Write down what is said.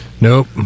nope